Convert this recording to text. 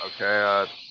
Okay